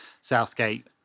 Southgate